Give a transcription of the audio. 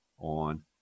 on